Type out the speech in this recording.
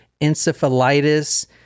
encephalitis